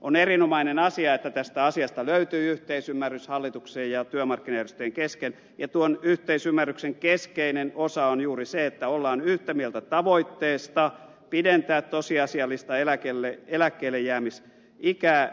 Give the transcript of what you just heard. on erinomainen asia että tästä asiasta löytyi yhteisymmärrys hallituksen ja työmarkkinajärjestöjen kesken ja tuon yhteisymmärryksen keskeinen osa on juuri se että ollaan yhtä mieltä tavoitteesta pidentää tosiasiallista eläkkeellejäämisikää